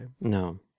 No